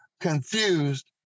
confused